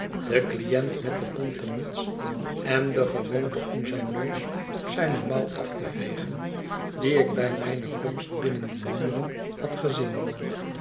den client met de bonte muts en de gewoonte om zijn neus op zijne mouw af te vegen dien ik bij mijne komst binnen die muren had gezien